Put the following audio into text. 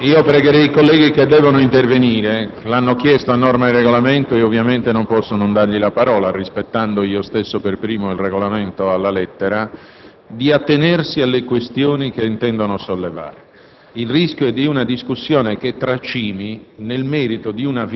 Pregherei i colleghi che devono intervenire - lo hanno chiesto a norma del Regolamento e, ovviamente, non posso non dare loro la parola, rispettando io stesso per primo il Regolamento alla lettera - di attenersi alle questioni che intendono sollevare.